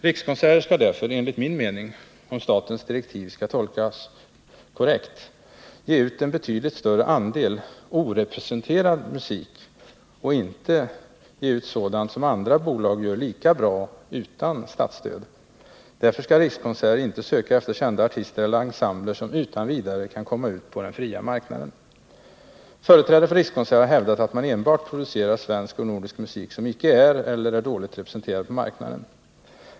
Rikskonserter skall därför även enligt min mening — om statens direktiv tolkas korrekt — ge ut en betydligt större andel ”orepresenterad” musik och inte ge ut sådant som andra bolag gör lika bra utan statsstöd. Därför skall Rikskonserter inte söka efter kända artister eller ensembler som utan vidare kan komma ut på den fria marknaden. Företrädare för Rikskonserter har hävdat att man enbart producerar svensk och nordisk musik som är icke alls eller dåligt representerad på marknaden.